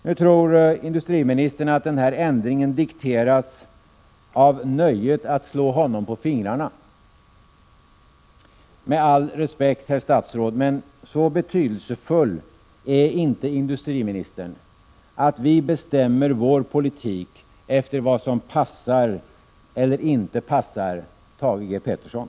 Nu tror industriministern att den här ändringen har dikterats av nöjet att slå honom på fingrarna. Med all respekt, herr statsråd: Så betydelsefull är inte industriministern att vi bestämmer vår politik efter vad som passar eller inte passar Thage G. Peterson.